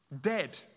dead